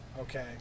okay